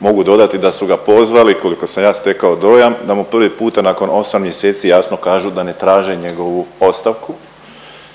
mogu dodati da su ga pozvali koliko sam ja stekao dojam, da mu prvi puta nakon 8 mjeseci jasno kažu da ne traže njegovu ostavku,